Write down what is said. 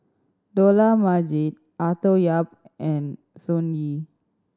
Dollah Majid Arthur Yap and Sun Yee